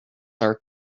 our